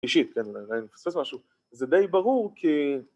אישית... אולי אני מפספס משהו. זה די ברור, כי...